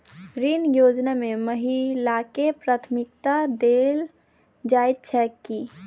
ऋण योजना मे महिलाकेँ प्राथमिकता देल जाइत छैक की?